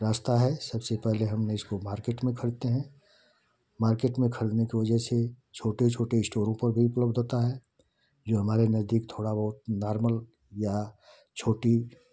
रास्ता है सबसे पहले हम इसको मार्केट में ख़रीदते हैं मार्केट में ख़रीदने की वजह से छोटे छोटे इश्टोरों पे भी उपलब्ध होता है जो हमारे नज़दीक थोड़ा बहुत नॉर्मल या छोटी